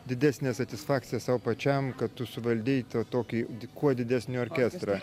didesnė satisfakcija sau pačiam kad tu suvaldei tą tokį kuo didesnį orkestrą